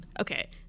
okay –